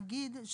אגיד,